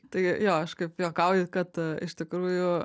tai jo aš kaip juokauju kad iš tikrųjų